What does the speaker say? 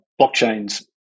blockchains